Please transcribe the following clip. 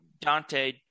Dante